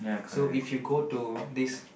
so if you go to this